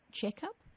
checkup